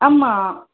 ஆமாம்